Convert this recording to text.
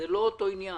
זה לא אותו עניין.